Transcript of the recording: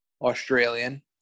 Australian